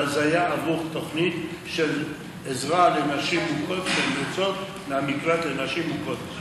אבל זה היה עבור תוכנית של עזרה לנשים מוכות שיוצאות ממקלט לנשים מוכות.